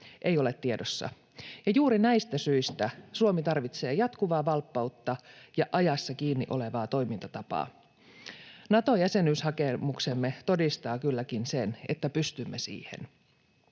ei ole tiedossa. Juuri näistä syistä Suomi tarvitsee jatkuvaa valppautta ja ajassa kiinni olevaa toimintatapaa. Nato-jäsenyyshakemuksemme todistaa kylläkin sen, että pystymme siihen.